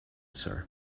sir